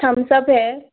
Thums up है